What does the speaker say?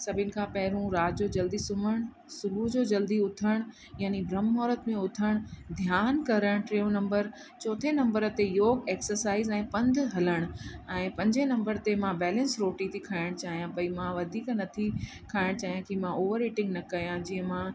सभिनि खां पहिरों राति जो जल्दी सुम्हणु सुबुह जो जल्दी उथणु याने ब्रह्म मुहूरत में उथणु ध्यानु करणु ट्रियों नंबर चोथें नंबर ते योग एक्सरसाइज़ ऐं पंधु हलणु ऐं पंजे नंबर ते मां बैलेंस रोटी थी खाइणु चाहियां पई मां वधीक नथी खाइणु चाहियां की मां ओवर इटिंग न कयां जीअं मां